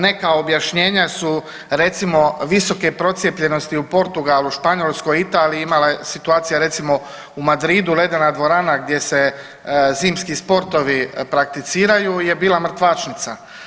Neka objašnjenja su recimo, visoke procijepljenosti u Portugalu, Španjolskoj, Italiji, imala je situacija recimo, u Madridu, ledena dvorana gdje se zimski sportovi prakticiraju je bila mrtvačnica.